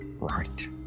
right